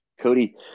Cody